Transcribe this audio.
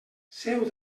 seu